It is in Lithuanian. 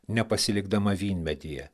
nepasilikdama vynmedyje